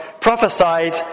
prophesied